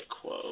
quote